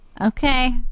Okay